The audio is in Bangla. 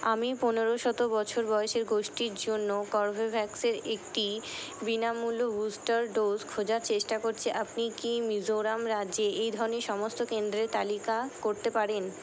আমি পনেরো শত বছর বয়সের গোষ্ঠীর জন্য কর্বেভ্যাক্সের একটি বিনামূল্য বুস্টার ডোজ খোঁজার চেষ্টা করছি আপনি কি মিজোরাম রাজ্যে এই ধনি সমস্ত কেন্দ্রের তালিকা করতে পারেন